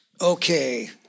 Okay